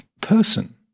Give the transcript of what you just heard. person